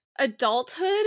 Adulthood